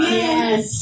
yes